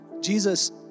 Jesus